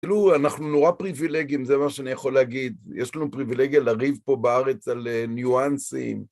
כאילו, אנחנו נורא פריבילגיים, זה מה שאני יכול להגיד. יש לנו פריבילגיה לריב פה בארץ על ניואנסים.